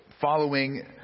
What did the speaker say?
following